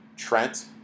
Trent